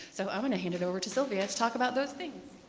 so i'm going to hand it over to sylvia to talk about those things.